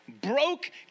broke